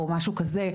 או משהו כזה,